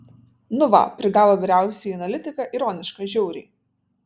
nu va prigavo vyriausiąjį analitiką ironiška žiauriai